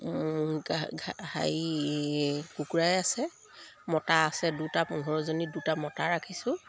হেৰি কুকুৰাই আছে মতা আছে দুটা পোন্ধৰজনী দুটা মতা ৰাখিছোঁ